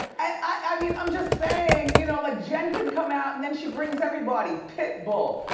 i mean, i'm just saying. you know like jen could come out and then she brings everybody. pitbull,